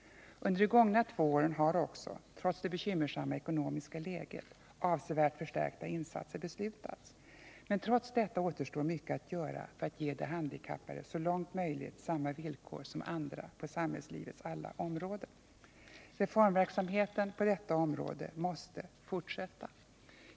Under de gångna två åren har också — trots det bekymmersamma ekonomiska läget — avsevärt förstärkta insatser beslutats. Men trots detta återstår mycket att göra för att ge de handikappade så långt möjligt samma villkor som andra på samhällslivets alla områden. Reformverksamheten på detta område måste fortsätta.